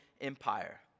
Empire